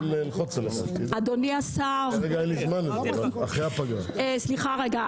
אדוני השר, סליחה רגע.